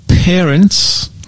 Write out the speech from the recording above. parents